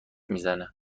میزنه